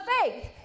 faith